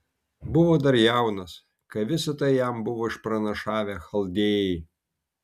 buvo dar jaunas kai visa tai jam buvo išpranašavę chaldėjai